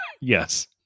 Yes